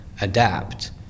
adapt